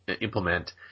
implement